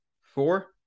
four